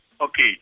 Okay